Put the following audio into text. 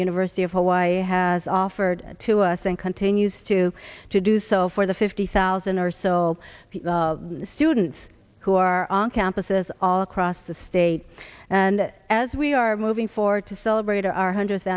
university of hawaii has offered to us and continues to to do so for the fifty thousand or so students who are on campuses all across the state and as we are moving forward to celebrate our hundredth